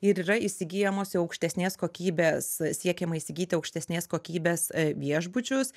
ir yra įsigyjamos jau aukštesnės kokybės siekiama įsigyti aukštesnės kokybės viešbučius